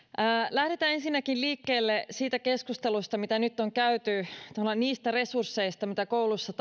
lähdetään ensinnäkin liikkeelle siitä keskustelusta mitä nyt on käyty tavallaan niistä resursseista mitä kouluissa